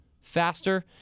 faster